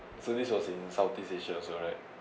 so this was in southeast asia also right